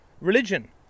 religion